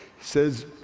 says